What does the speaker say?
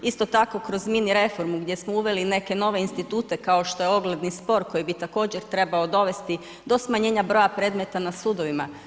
Isto tako, kroz mini-reformu gdje smo uveli neke nove institute kao što je ogledni spor koji bi također trebao dovesti do smanjenja broja predmeta na sudovima.